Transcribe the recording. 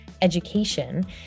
education